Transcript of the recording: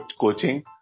coaching